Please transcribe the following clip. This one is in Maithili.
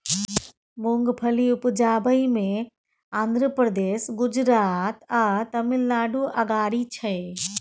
मूंगफली उपजाबइ मे आंध्र प्रदेश, गुजरात आ तमिलनाडु अगारी छै